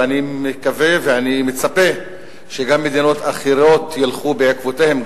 ואני מקווה ואני מצפה שגם מדינות אחרות ילכו בעקבותיהן,